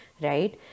Right